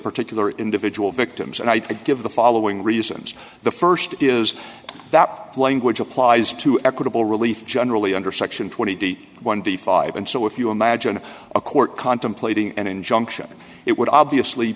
particular individual victims and i give the following reasons the st is that language applies to equitable relief generally under section twenty one the five and so if you imagine a court contemplating an injunction it would obviously